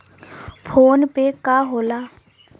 PhonePe का होला?